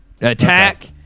Attack